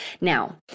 Now